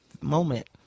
moment